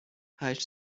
هشت